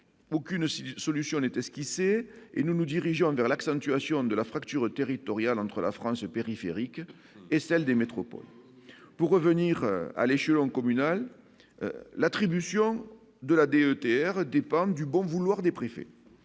aussi solution n'est esquissée et nous nous dirigeons vers l'accentuation de la fracture territoriale entre la France et périphérique et celle des métropoles pour revenir à l'échelon communal, l'attribution de la des TRA dépendent du bon vouloir des préfets,